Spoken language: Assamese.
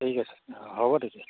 ঠিক আছে অঁ হ'ব তেতিয়া